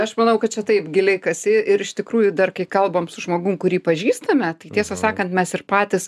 aš manau kad čia taip giliai kasi ir iš tikrųjų dar kai kalbam su žmogum kurį pažįstame tai tiesą sakant mes ir patys